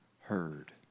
heard